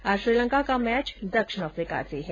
आज श्रीलंका का मैच दक्षिण अफ्रीका से है